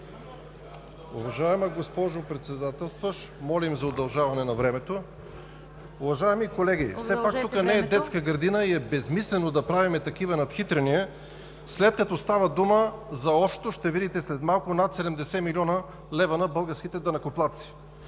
Уважаема госпожо Председателстващ, моля за удължаване на времето. Уважаеми колеги, тук не е детска градина и е безсмислено да правим такива надхитряния, след като става дума за общо, ще видите след малко, над 70 млн. лв. на българските данъкоплатци.